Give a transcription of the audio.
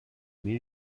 mesi